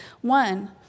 One